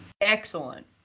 excellent